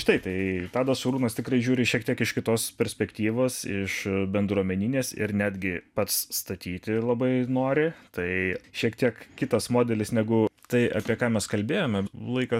štai tai tado siūlymas tikrai žiūri šiek tiek iš kitos perspektyvos iš bendruomeninės ir netgi pats statyti labai nori tai šiek tiek kitas modelis negu tai apie ką mes kalbėjome laikas